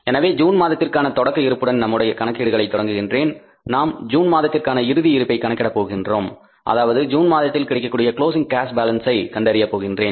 எனவே ஜூன் மாதத்திற்கான தொடக்க இருப்புடன் நம்முடைய கணக்கீடுகளை தொடங்குகின்றேன் நான் ஜூன் மாதத்திற்கான இறுதி இருப்பை கணக்கிட போகின்றேன் அதாவது ஜூன் மாதத்தில் கிடைக்கக்கூடிய க்ளோஸிங் கேஷ் பாலன்ஸ் ஐ கண்டறிய போகின்றேன்